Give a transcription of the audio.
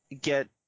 get